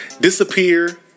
Disappear